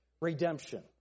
Redemption